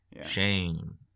Shame